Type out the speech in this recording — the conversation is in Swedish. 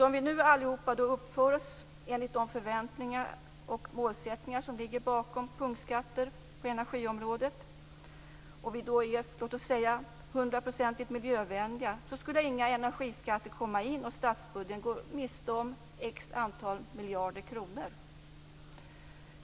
Om vi alla nu skulle uppföra oss enligt de förväntningar och målsättningar som ligger bakom punktskatter på energiområdet och vi skulle vara låt oss säga hundraprocentigt miljövänliga, skulle alltså inga energiskatter komma in och statsbudgeten gå miste om visst antal miljarder kronor.